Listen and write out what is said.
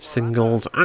Singles